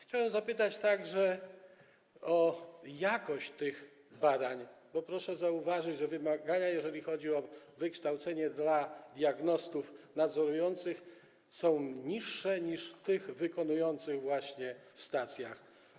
Chciałem zapytać także o jakość tych badań, bo proszę zauważyć, że wymagania, jeżeli chodzi o wykształcenie, wobec diagnostów nadzorujących są niższe niż wobec tych wykonujących to właśnie w stacjach.